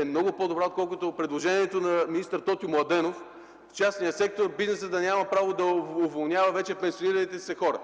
е много по-добра, отколкото предложението на министър Тотю Младенов частният сектор, бизнесът да няма да право да уволнява вече пенсионираните си хора.